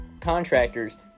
Contractors